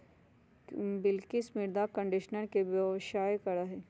बिलकिश मृदा कंडीशनर के व्यवसाय करा हई